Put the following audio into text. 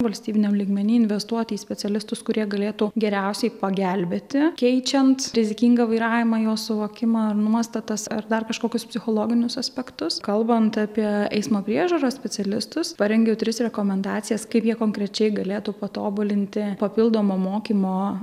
valstybiniam lygmeny investuoti į specialistus kurie galėtų geriausiai pagelbėti keičiant rizikingą vairavimą jo suvokimą ar nuostatas ar dar kažkokius psichologinius aspektus kalbant apie eismo priežiūros specialistus parengiau tris rekomendacijas kaip jie konkrečiai galėtų patobulinti papildomo mokymo